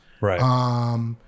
right